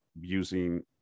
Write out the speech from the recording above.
using